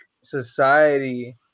society